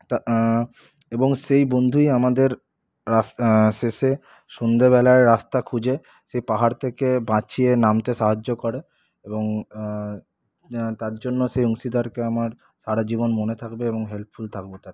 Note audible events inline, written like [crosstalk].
তা এবং সেই বন্ধুই আমাদের [unintelligible] শেষে সন্ধেবেলায় রাস্তা খুঁজে সেই পাহাড় থেকে বাঁচিয়ে নামতে সাহায্য করে এবং তার জন্য সেই অংশীদারকে আমার সারা জীবন মনে থাকবে এবং হেল্পফুল থাকবো তার প্রতি